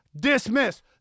dismiss